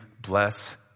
bless